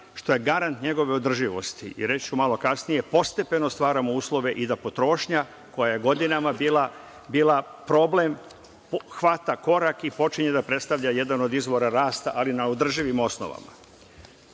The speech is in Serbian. što je garant njegove održivosti i, reći ću malo kasnije, postepeno stvaramo uslove i da potrošnja, koja je godinama bila problem, hvata korak i počinje da predstavlja jedan od izvora rasta, ali na održivim